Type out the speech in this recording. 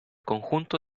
conjunto